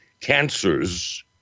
cancers